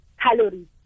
calories